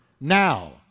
now